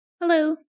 Hello